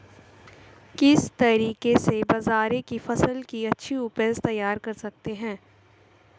किस तरीके से बाजरे की फसल की अच्छी उपज तैयार कर सकते हैं?